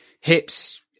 hips